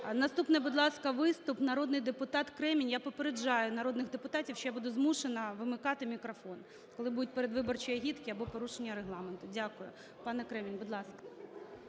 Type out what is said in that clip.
Наступний, будь ласка, виступ - народний депутат Кремінь. Я попереджаю народних депутатів, що я буду змушена вимикати мікрофон, коли будуть передвиборчі агітки або порушення Регламенту. Дякую. Пане Кремінь, будь ласка.